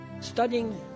studying